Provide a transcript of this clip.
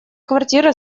квартира